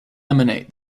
emanate